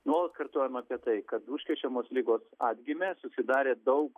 nuolat kartojam apie tai kad užkrečiamos ligos atgimė susidarė daug